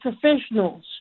professionals